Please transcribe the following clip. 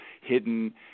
hidden